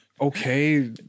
Okay